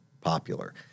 popular